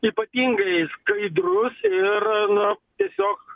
ypatingai skaidrus ir nu tiesiog